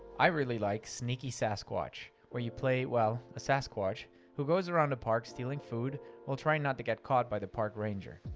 i really like sneaky sasquatch, where you play, well, a sasquatch, who goes around a park stealing food while trying not to get caught by the park ranger.